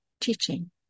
teaching